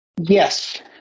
Yes